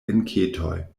enketoj